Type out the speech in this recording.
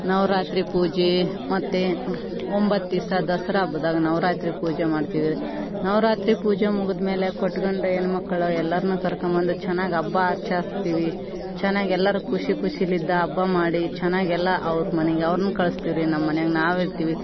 ನವರಾತ್ರಿ ಪೂಜೆ ಮತ್ತೆ ಒಂಬತ್ತು ದಿವಸ ದಸರಾ ಹಬ್ದಾಗೆ ನವರಾತ್ರಿ ಪೂಜೆ ಮಾಡ್ತೀವ್ರಿ ನವರಾತ್ರಿ ಪೂಜೆ ಮುಗ್ದು ಮೇಲೆ ಕೊಟ್ಗಂಡ ಹೆಣ್ಣು ಮಕ್ಳು ಎಲ್ಲರನ್ನ ಕರೆಕೊಂ ಬಂದು ಚೆನ್ನಾಗಿ ಹಬ್ಬ ಆರ್ಚಸ್ತೀವಿ ಚೆನ್ನಾಗಿ ಎಲ್ಲರು ಖುಷಿ ಖುಷಿಲಿದ್ದ ಹಬ್ಬ ಮಾಡಿ ಚೆನ್ನಾಗೆಲ್ಲ ಅವ್ರ ಮನೆಗೆ ಅವ್ರನ್ನ ಕಳಿಸ್ತೀವಿ ರೀ ನಮ್ಮ ಮನೆಯಾಗ ನಾವು ಇರ್ತೀವಿ